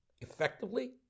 effectively